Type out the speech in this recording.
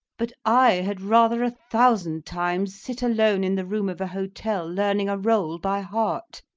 but i had rather a thousand times sit alone in the room of a hotel learning a role by heart.